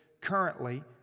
currently